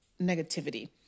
negativity